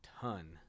ton